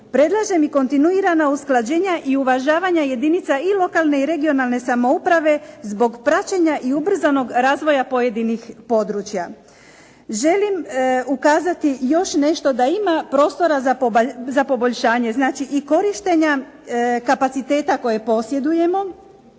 predlažem i kontinuirana usklađenja i uvažavanja jedinica i lokalne i regionalne samouprave zbog praćenja i ubrzanog razvoja pojedinih područja. Želim ukazati još nešto da ima prostora za poboljšanje, znači i korištenja kapaciteta koje posjedujemo